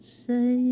say